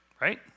Right